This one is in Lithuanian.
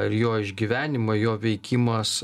ar jo išgyvenimai jo veikimas